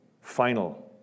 final